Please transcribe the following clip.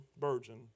virgin